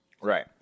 Right